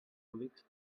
cúbics